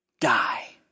die